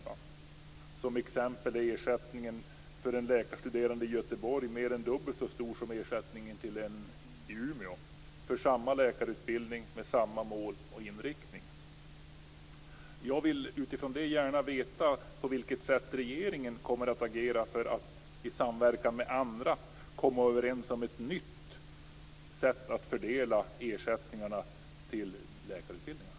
T.ex. är ersättningen för en läkarstuderande i Göteborg mer än dubbelt så stor som ersättningen till en studerande i Umeå i samma typ av läkarutbildning med samma mål och inriktning. Jag vill mot den bakgrunden gärna veta på vilket sätt regeringen kommer att agera för att i samverkan med andra komma överens om ett nytt sätt att fördela ersättningarna till läkarutbildningarna.